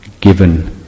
given